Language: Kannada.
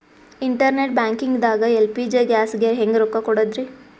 ಇಂಟರ್ನೆಟ್ ಬ್ಯಾಂಕಿಂಗ್ ದಾಗ ಎಲ್.ಪಿ.ಜಿ ಗ್ಯಾಸ್ಗೆ ಹೆಂಗ್ ರೊಕ್ಕ ಕೊಡದ್ರಿ?